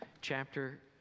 chapter